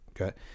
Okay